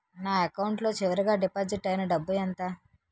నా అకౌంట్ లో చివరిగా డిపాజిట్ ఐనా డబ్బు ఎంత?